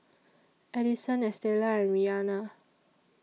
Adison Estela and Rihanna